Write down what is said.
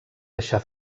deixar